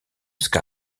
sky